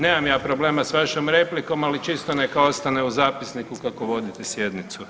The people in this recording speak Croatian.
Nemam ja problema s vašom replikom, ali čisto neka ostane u zapisniku kako vodite sjednicu.